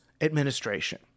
administration